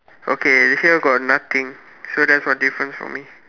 okay here got nothing so that's one different for me